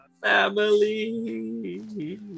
Family